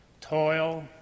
toil